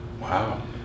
Wow